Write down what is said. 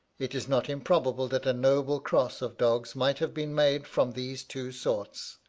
it is not improbable that a noble cross of dogs might have been made from these two sorts.